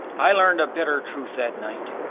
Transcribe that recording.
i learned a bitter truth that night,